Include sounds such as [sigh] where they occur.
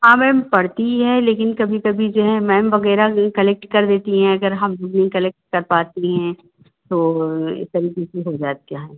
हाँ मैम पड़ती ही है लेकिन कभी कभी जो है मैम वग़ैरह कलेक्ट कर देती हैं अगर हम नहीं कलेक्ट कर पाती हैं तो [unintelligible] हो जाता है